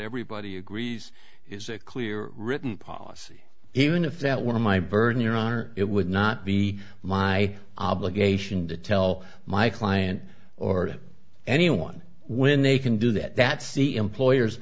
everybody agrees is a clear written policy even if that were my burden your honor it would not be my obligation to tell my client or anyone when they can do that that's the employer